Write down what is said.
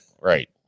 right